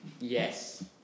Yes